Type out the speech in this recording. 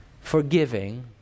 Forgiving